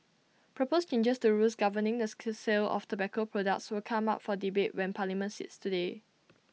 proposed changes to rules governing the school sale of tobacco products will come up for debate when parliament sits today